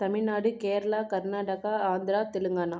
Tamil Nadu Kerala Karnataka Andhra Telangana